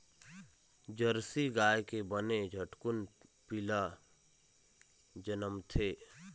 Jersey गाय के बने झटकुन पिला जनमथे